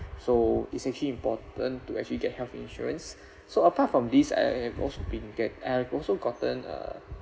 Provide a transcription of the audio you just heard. so it's actually important to actually get health insurance so apart from this I have also been get I've also gotten uh